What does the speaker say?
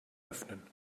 öffnen